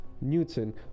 Newton